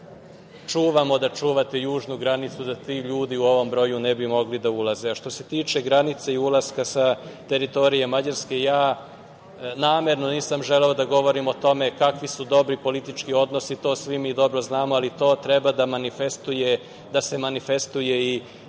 apelujem da čuvamo južnu granicu, da ti ljudi u ovom broju ne bi mogli da ulaze. Što se tiče granice i ulaska sa teritorije Mađarske, ja namerno nisam želeo da govorim o tome kakvi su dobri politički odnosi, to svi mi dobro znamo, ali to treba da se manifestuje i